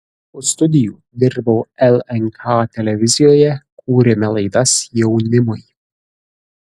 po studijų dirbau lnk televizijoje kūrėme laidas jaunimui